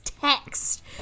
text